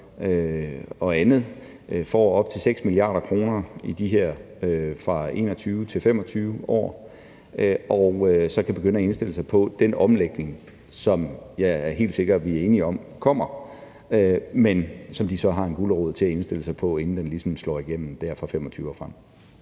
og andet får op til 6 mia. kr. i de her år fra 2021 til 2025, og så kan de begynde at indstille sig på den omlægning, som jeg er helt sikker på at vi er enige om kommer, men hvor de så har en gulerod til at kunne indstille sig på den, inden den ligesom slår igennem fra 2025 og frem.